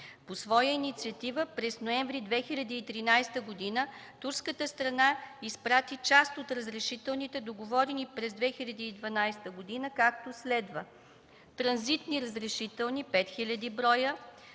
По своя инициатива през ноември 2013 г. турската страна изпрати част от разрешителните, договорени през 2012 г., както следва: - транзитни разрешителни – 5 хил. броя;